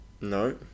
No